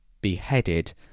beheaded